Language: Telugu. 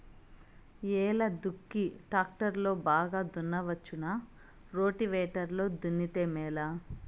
ఎలా దుక్కి టాక్టర్ లో బాగా దున్నవచ్చునా రోటివేటర్ లో దున్నితే మేలా?